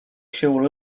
się